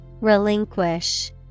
Relinquish